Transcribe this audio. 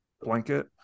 blanket